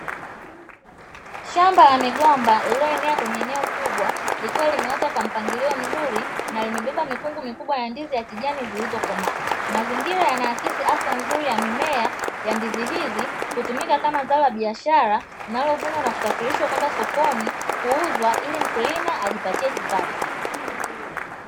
Shamba la migomba lililoenea kwenye eneo kubwa, likiwa limeota kwa mpangilio mzuri na limebeba mikungu mikubwa ya ndizi ya kijani zilizokomaa; mazingira yanaaksi afya nzuri ya mimea ya ndizi hizi, hutumika kama zao la biashara linalovunwa na kusafirishwa kwenda sokoni kuuzwa ili mkulima ajipatie kipato.